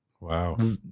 wow